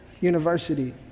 University